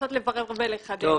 לנסות לברר אותה ולחדד.